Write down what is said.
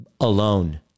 alone